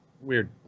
weird